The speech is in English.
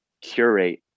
curate